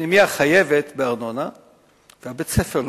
הפנימייה חייבת בארנונה ובית-הספר,